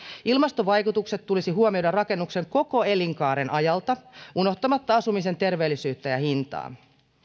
ilmastovaikutukset tulisi huomioida rakennuksen koko elinkaaren ajalta unohtamatta asumisen terveellisyyttä ja hintaa